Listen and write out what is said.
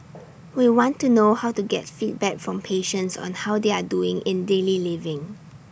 we want to know how to get feedback from patients on how they are doing in daily living